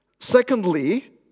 Secondly